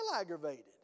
aggravated